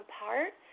apart